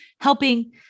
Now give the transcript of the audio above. helping